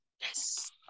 Yes